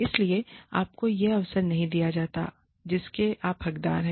इसलिए आपको वह अवसर नहीं दिया जाता है जिसके आप हक़दार हैं